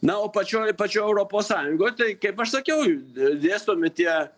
na o pačioj pačioj europos sąjungoje tai kaip aš sakiau dėstomi tie